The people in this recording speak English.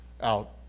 out